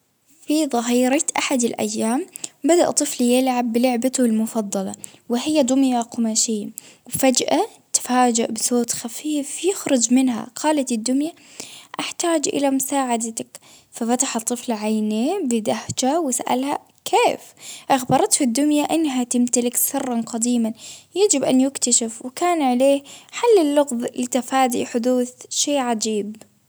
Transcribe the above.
في ظهيرة أحد الأيام بدأ طفل يلعب بلعبته المفضلة، وهي دمية قماشية، فجأة تفاجأ بصوت خفيف يخرج منها، قالت الدمية أحتاج إلى مساعدتك ففتح الطفل عينيه بدهشة وسألها كيف؟ أخبرتة الدمية إنها تمتلك سر قديما، يجب أن يكتشف وكان عليه حل اللغز لتفادي حدوث شيء عجيب.